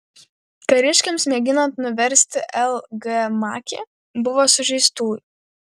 kariškiams mėginant nuversti l g makį buvo sužeistųjų